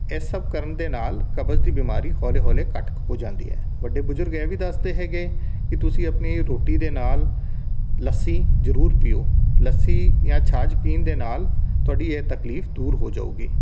ਇਹ ਸਭ ਕਰਨ ਦੇ ਨਾਲ ਕਬਜ਼ ਦੀ ਬਿਮਾਰੀ ਹੌਲੇ ਹੌਲੇ ਘੱਟ ਕ ਹੋ ਜਾਂਦੀ ਹੈ ਵੱਡੇ ਬਜ਼ੁਰਗ ਇਹ ਵੀ ਦੱਸਦੇ ਹੈਗੇ ਕਿ ਤੁਸੀਂ ਆਪਣੀ ਰੋਟੀ ਦੇ ਨਾਲ ਲੱਸੀ ਜ਼ਰੂਰ ਪੀਓ ਲੱਸੀ ਜਾਂ ਛਾਛ ਪੀਣ ਦੇ ਨਾਲ ਤੁਹਾਡੀ ਇਹ ਤਕਲੀਫ਼ ਦੂਰ ਹੋ ਜਾਉਗੀ